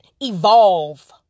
evolve